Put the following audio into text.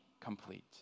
complete